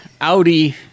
Audi